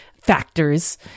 factors